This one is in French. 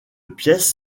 pièce